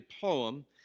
poem